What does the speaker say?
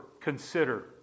consider